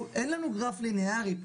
אין לנו גרף ליניארי,